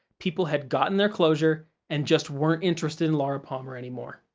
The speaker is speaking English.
people had gotten their closure and just weren't interested in laura palmer anymore.